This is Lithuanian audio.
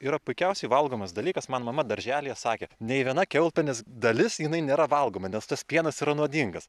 yra puikiausiai valgomas dalykas man mama darželyje sakė nei viena kiaulpienės dalis jinai nėra valgoma nes tas pienas yra nuodingas